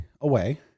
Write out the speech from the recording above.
away